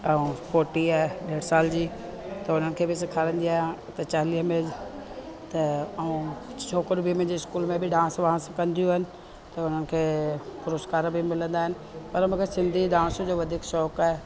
ऐं पोटी आहे ॾेढु साल जी त उन्हनि खे बि सेखारींदी आहियां त चालीह में त ऐं छोकिरियूं बि मुंहिंजे स्कूल में बि डांस वांस कंदियूं आहिनि त उन्हनि खे पुरस्कार बि मिलंदा आहिनि पर मूंखे सिंधी डांस जो वधीक शौक़ु आहे